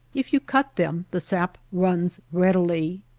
if you cut them the sap runs readily.